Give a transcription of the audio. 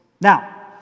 Now